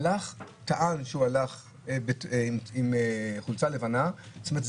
טען שהוא הלך עם חולצה לבנה זאת אומרת,